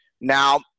Now